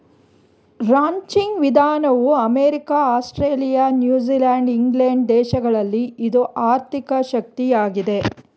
ranching ವಿಧಾನವು America, Australia, New Zealand England ದೇಶಗಳಲ್ಲಿ ಇದು ಆರ್ಥಿಕ ಶಕ್ತಿಯಾಗಿದೆ